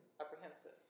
apprehensive